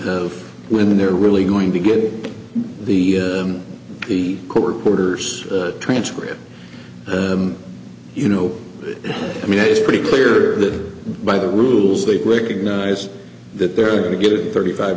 of when they're really going to get the the court orders transcript you know i mean it's pretty clear that by the rules they recognize that they're going to get it thirty five